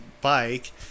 bike